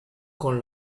con